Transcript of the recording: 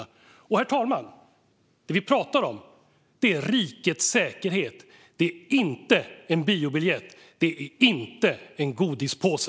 Herr talman! Det vi pratar om är rikets säkerhet. Det är inte en biobiljett, och det är inte en godispåse!